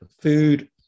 food